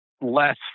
less